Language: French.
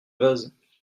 vases